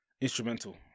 instrumental